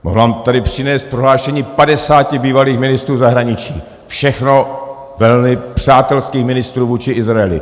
Mohu vám tady přinést prohlášení padesáti bývalých ministrů zahraničí, všechno velmi přátelských ministrů vůči Izraeli.